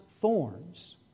thorns